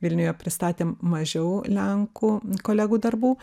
vilniuje pristatėm mažiau lenkų kolegų darbų